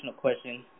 question